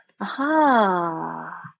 Aha